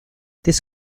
this